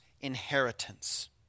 Inheritance